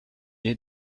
est